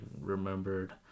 remembered